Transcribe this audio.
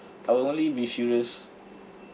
I will only be furious